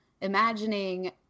imagining